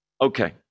Okay